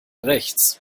rechts